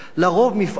לרוב מפעל